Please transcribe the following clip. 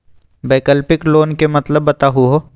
वैकल्पिक लोन के मतलब बताहु हो?